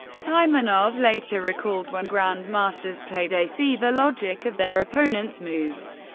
taimanov later recalled, when grand masters play, they see the logic of their opponent's moves.